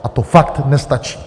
A to fakt nestačí.